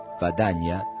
vadanya